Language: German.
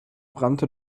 brannte